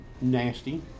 nasty